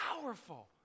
powerful